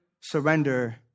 surrender